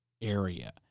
area